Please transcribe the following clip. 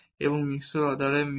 এবং এটি মিশ্র অর্ডারের টার্ম